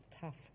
tough